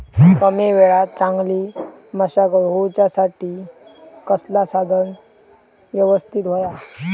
कमी वेळात चांगली मशागत होऊच्यासाठी कसला साधन यवस्तित होया?